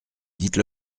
dites